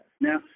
Now